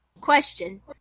Question